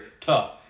tough